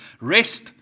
Rest